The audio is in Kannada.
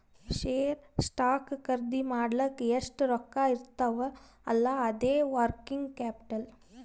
ಶೇರ್, ಸ್ಟಾಕ್ ಖರ್ದಿ ಮಾಡ್ಲಕ್ ಎಷ್ಟ ರೊಕ್ಕಾ ಇರ್ತಾವ್ ಅಲ್ಲಾ ಅದೇ ವರ್ಕಿಂಗ್ ಕ್ಯಾಪಿಟಲ್